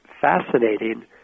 fascinating